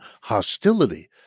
hostility